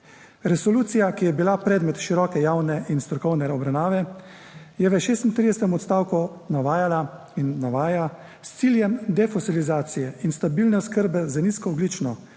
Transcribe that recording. Resolucija, ki je bila predmet široke javne in strokovne obravnave, je v šestintridesetem odstavku navajala in navaja: "S ciljem defosilizacije in stabilne oskrbe z nizkoogljično